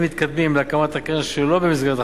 מתקדמים להקמת הקרן שלא במסגרת החקיקה.